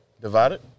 Divided